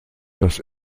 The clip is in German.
das